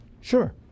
sure